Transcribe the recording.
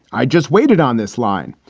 i just waited on this line.